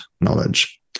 knowledge